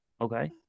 Okay